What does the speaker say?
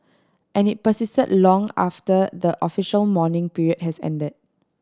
and it persisted long after the official mourning period has ended